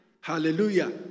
Hallelujah